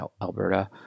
Alberta